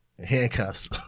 Handcuffs